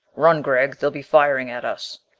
run, gregg! they'll be firing at us.